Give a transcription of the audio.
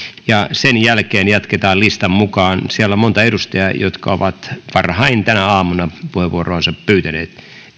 ja sen jälkeen jatketaan listan mukaan siellä on monta edustajaa jotka ovat varhain tänä aamuna puheenvuoroansa pyytäneet